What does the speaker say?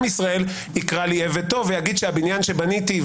ישראל יקרא לי עבד טוב ויגיד שהבניין שבניתי,